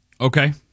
Okay